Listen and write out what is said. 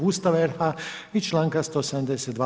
Ustava RH i članka 172.